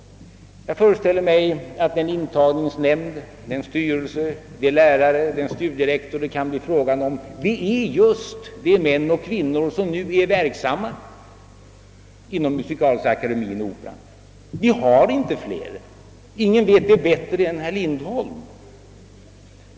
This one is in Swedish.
Jag föreställer mig att den intagningsnämnd, den styrelse, de lärare och den studierektor det kan bli tal om skulle utgöras just av de män och kvinnor som nu är verksamma inom musikaliska akademien och operan. Vi har inte tillgång till några andra; ingen vet det bättre än herr Lindholm.